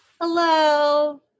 Hello